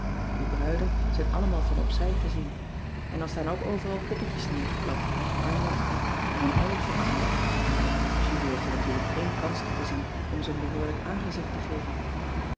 die bruiden zijn allemaal van op zij gezien en dan staan ook overal poppetjes neergeklad arm in arm en dan altijd van achteren julie heeft er natuurlijk geen kans toe gezien om ze een behoorlijk aangezicht te geven